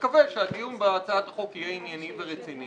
מקווה שהדיון בהצעת החוק יהיה ענייני ורציני